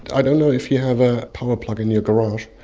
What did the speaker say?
i don't know if you have a power plug in your garage,